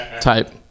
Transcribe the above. type